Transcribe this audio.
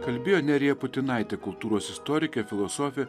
kalbėjo nerija putinaitė kultūros istorikė filosofė